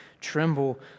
Tremble